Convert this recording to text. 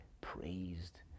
praised